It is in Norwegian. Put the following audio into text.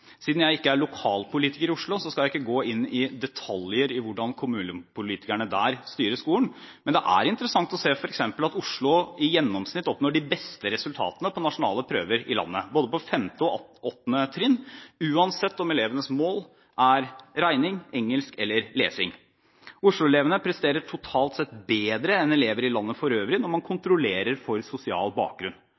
Siden jeg ikke er lokalpolitiker i Oslo, skal jeg ikke gå inn i detaljer om hvordan kommunepolitikerne der styrer skolen, men det er interessant f.eks. å se at Oslo i gjennomsnitt oppnår de beste resultatene på nasjonale prøver i landet på både 5. og 8. trinn, uansett om elevenes mål er regning, engelsk eller lesing. Osloelevene presterer totalt sett bedre enn elever i landet for øvrig, når man kontrollerer for sosial bakgrunn.